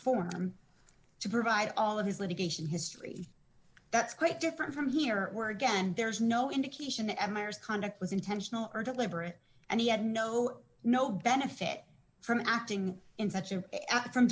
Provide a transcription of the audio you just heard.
form to provide all of his litigation history that's quite different from here or were again there is no indication that admires conduct was intentional or deliberate and he had no no benefit from acting in such a